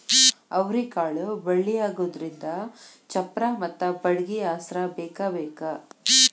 ಅವ್ರಿಕಾಳು ಬಳ್ಳಿಯಾಗುದ್ರಿಂದ ಚಪ್ಪರಾ ಮತ್ತ ಬಡ್ಗಿ ಆಸ್ರಾ ಬೇಕಬೇಕ